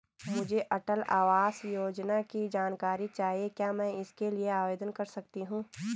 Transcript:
मुझे अटल आवास योजना की जानकारी चाहिए क्या मैं इसके लिए आवेदन कर सकती हूँ?